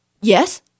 Yes